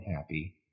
happy